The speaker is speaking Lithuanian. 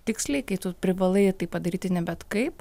tiksliai kai tu privalai tai padaryti ne bet kaip